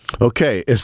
Okay